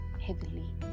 heavily